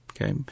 Okay